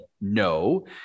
no